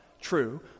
true